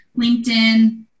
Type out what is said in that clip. linkedin